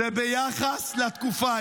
זה ביחס לתקופה.